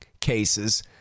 cases